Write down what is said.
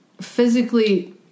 physically